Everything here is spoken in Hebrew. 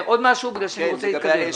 לגבי האש"ל.